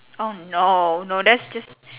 oh no no that's just